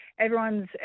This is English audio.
Everyone's